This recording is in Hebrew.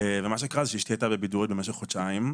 אשתי היתה בבידוד במשך חודשיים,